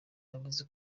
yavuze